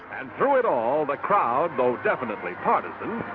and through it all, the crowd, though definitely partisan,